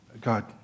God